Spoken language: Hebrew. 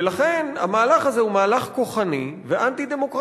ולכן, המהלך הזה הוא מהלך כוחני ואנטי-דמוקרטי.